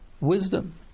Wisdom